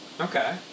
Okay